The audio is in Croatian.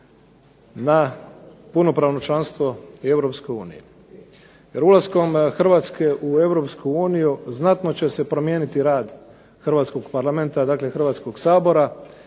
na punopravno članstvo u Europskoj uniji. Jer ulaskom Hrvatske u Europsku uniju znatno će se pomijeniti rad hrvatskog Parlamenta, dakle Hrvatskog sabora.